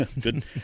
Good